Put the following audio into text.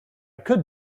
could